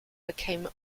became